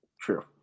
True